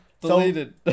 Deleted